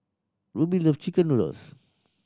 Rubye love chicken noodles